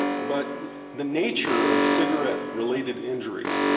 but the nature of cigarette related injuries,